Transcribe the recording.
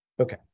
Okay